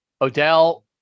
Odell